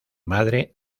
madre